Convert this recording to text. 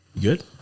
good